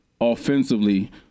offensively